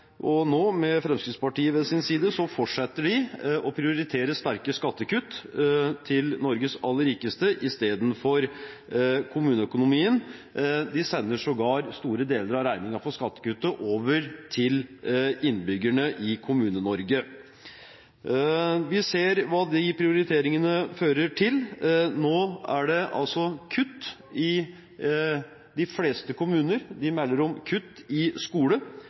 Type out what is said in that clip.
Og nå, med Fremskrittspartiet ved sin side, fortsetter de å prioritere sterke skattekutt til Norges aller rikeste istedenfor kommuneøkonomien. De sender sågar store deler av regningen for skattekuttet over til innbyggerne i Kommune-Norge. Vi ser hva de prioriteringene fører til. Nå er det altså kutt i de fleste kommuner. De melder om kutt i skole,